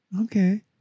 Okay